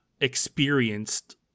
experienced